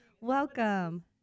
Welcome